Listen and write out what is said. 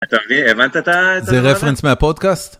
זה רפרנס מהפודקאסט.